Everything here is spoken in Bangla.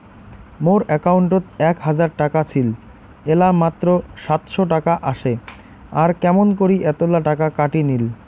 মোর একাউন্টত এক হাজার টাকা ছিল এলা মাত্র সাতশত টাকা আসে আর কেমন করি এতলা টাকা কাটি নিল?